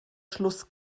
schluss